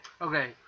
Okay